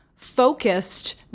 focused